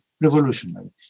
revolutionary